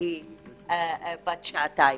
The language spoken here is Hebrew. בת שעתיים,